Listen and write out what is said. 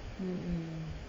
mmhmm